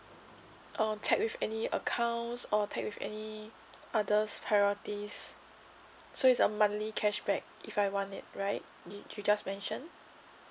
oh tag with any accounts or tag with any others priorities so it's a monthly cashback if I want it right you you just mention